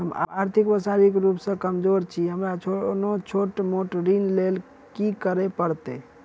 हम आर्थिक व शारीरिक रूप सँ कमजोर छी हमरा कोनों छोट मोट ऋण लैल की करै पड़तै?